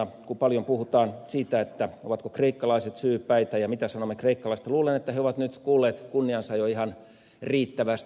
kun paljon puhutaan siitä ovatko kreikkalaiset syypäitä ja mitä sanomme kreikkalaisista niin luulen että he ovat nyt kuulleet kunniansa jo ihan riittävästi